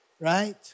right